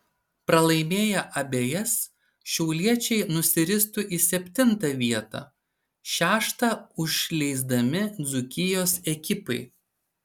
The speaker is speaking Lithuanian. pralaimėję abejas šiauliečiai nusiristų į septintą vietą šeštą užleisdami dzūkijos ekipai